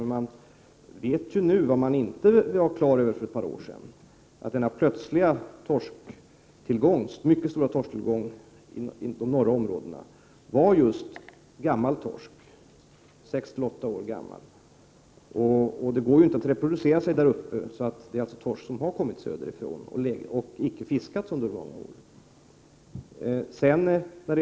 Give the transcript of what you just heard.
Men en sak vet man nu som man inte var på det klara med för ett par år sedan, nämligen att den plötsligt mycket stora torsktillgången i de ifrågavarande områdena beror på att det finns gammal torsk, torsken kan vara 6-8 år gammal. Eftersom det inte finns förutsättningar för reproduktion där uppe, måste det röra sig om torsk som har kommit söderifrån och som inte har fiskats upp.